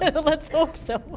ah but let's hope so.